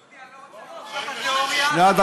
דודי, אני לא רוצה להרוס לך את התיאוריה, שנייה.